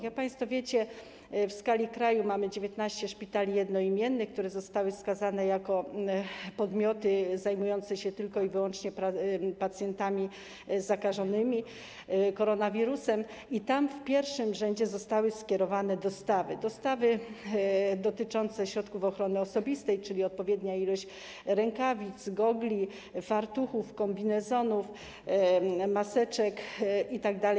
Jak państwo wiecie, w skali kraju mamy 19 szpitali jednoimiennych, które zostały wskazane jako podmioty zajmujące się tylko i wyłącznie pacjentami zakażonymi koronawirusem, i tam w pierwszym rzędzie zostały skierowane dostawy - dostawy środków ochrony osobistej, czyli odpowiednia liczba rękawic, gogli, fartuchów, kombinezonów, maseczek itd.